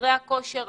חדרי הכושר,